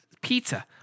pizza